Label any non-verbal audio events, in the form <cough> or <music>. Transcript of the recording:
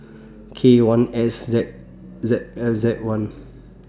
K one S Z Z <unintelligible> Z one